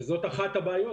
אבל זאת אחת הבעיות.